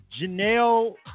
Janelle